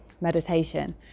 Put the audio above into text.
meditation